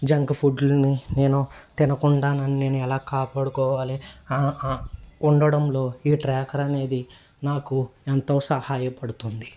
junk ఫుడ్ని నేను తినకుండానని నేను ఎలా కాపాడుకోవాలి ఉండడంలో ఈ ట్రాకర్ అనేది నాకు ఎంతో సహాయపడుతుంది